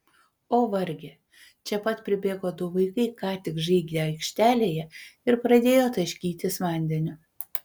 o varge čia pat pribėgo du vaikai ką tik žaidę aikštelėje ir pradėjo taškytis vandeniu